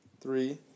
three